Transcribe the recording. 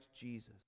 Jesus